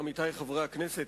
עמיתי חברי הכנסת,